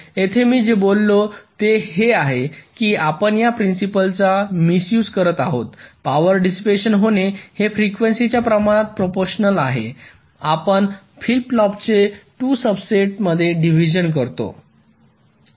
येथे मी जे बोललो ते हे आहे की आपण या प्रिन्सिपल चा मिसयूझ करीत आहोत पॉवर डिसिपेशन होणे हे फ्रिक्वेन्सीच्या प्रमाणात प्रोपोर्शनेट आहे आपण फ्लिप फ्लॉपचे 2 सबसेट्स मध्ये डिव्हिजन करतो